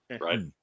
Right